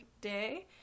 day